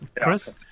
Chris